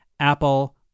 Apple